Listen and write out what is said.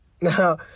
now